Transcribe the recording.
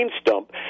stump